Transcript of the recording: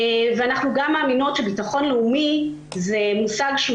אנחנו מאמינות שביטחון לאומי זה מושג שהוא